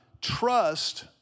trust